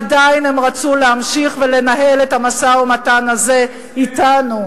עדיין הם רצו להמשיך ולנהל את המשא-ומתן הזה אתנו,